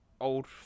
old